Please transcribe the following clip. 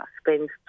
spends